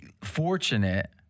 fortunate